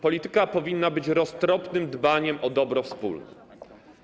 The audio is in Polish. Polityka powinna być roztropnym dbaniem o dobro wspólne.